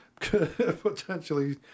Potentially